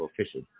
official